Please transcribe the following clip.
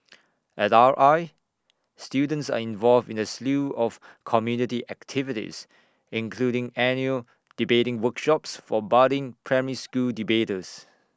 at R I students are involved in A slew of community activities including annual debating workshops for budding primary school debaters